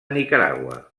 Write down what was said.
nicaragua